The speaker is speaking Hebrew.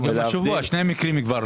כבר שני מקרים.